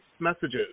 messages